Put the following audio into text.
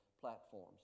platforms